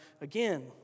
again